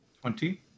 Twenty